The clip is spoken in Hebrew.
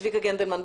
צביקה גנדלמן.